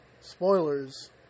Spoilers